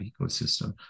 ecosystem